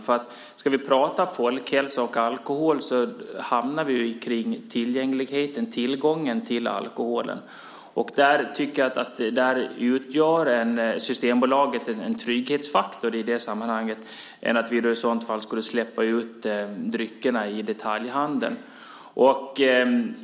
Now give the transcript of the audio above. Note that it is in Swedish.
Om vi ska prata folkhälsa och alkohol hamnar vi ju kring tillgängligheten, kring tillgången till alkoholen. Systembolaget utgör en trygghetsfaktor i det sammanhanget mot att vi skulle släppa ut dryckerna i detaljhandeln.